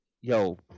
yo